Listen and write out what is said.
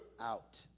out